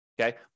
Okay